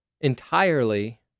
entirely